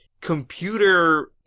computer